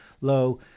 low